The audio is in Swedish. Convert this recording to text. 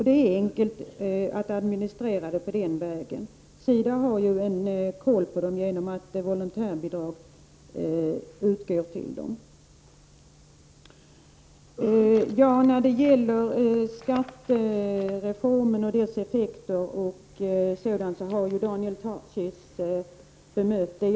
Det är enkelt att administrera det hela den vägen, för SIDA har ju kontroll över dem genom att volontärbidrag utgår till dem. Daniel Tarschys har ju berört bl.a. skattereformen och dess effekter.